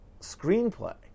screenplay